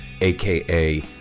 aka